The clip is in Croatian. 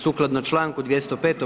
Sukladno čl. 205.